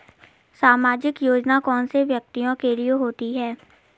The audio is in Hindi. सामाजिक योजना कौन से व्यक्तियों के लिए होती है?